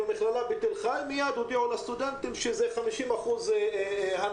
במכללה בתל חי מייד הודיעו לסטודנטים על 50% הנחה.